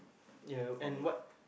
ya and what